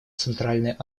центральной